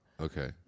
Okay